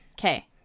okay